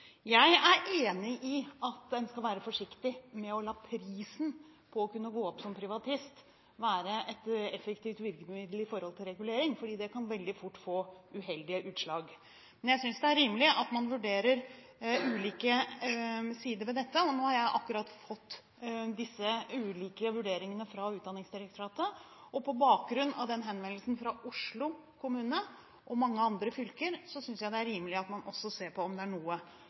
Jeg er enig i at en skal være forsiktig med å la prisen for å kunne gå opp som privatist være et effektivt virkemiddel i forhold til regulering, for det kan veldig fort få uheldige utslag, men jeg synes det er rimelig at en vurderer ulike sider ved dette. Og nå har jeg akkurat fått disse ulike vurderingene fra Utdanningsdirektoratet, og på bakgrunn av henvendelsen fra Oslo kommune og mange andre fylker synes jeg det er rimelig at en også ser på om det er noe